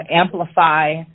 amplify